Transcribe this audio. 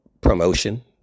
promotion